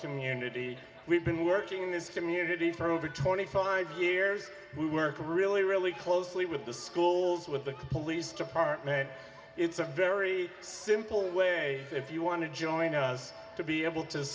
community we've been working in this community for over twenty five years we work really really closely with the schools with the police department it's a very simple way if you want to join us to be able to